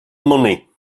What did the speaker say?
money